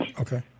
Okay